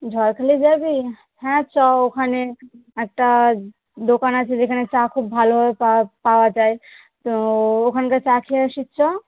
ঝড়খালি যাবি হ্যাঁ চ ওখানে একটা দোকান আছে যেখানে চা খুব ভালো পাওয়া পাওয়া যায় তো ওখানকার চা খেয়ে আসি চ